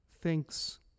thinks